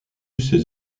ses